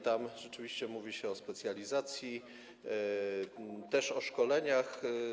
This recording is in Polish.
Tam rzeczywiście mówi się o specjalizacji, też o szkoleniach.